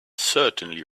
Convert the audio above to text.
certainly